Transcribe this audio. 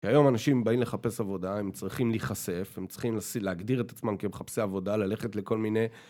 כי היום אנשים באים לחפש עבודה, הם צריכים להיחשף, הם צריכים להגדיר את עצמם כמחפשי עבודה, ללכת לכל מיני...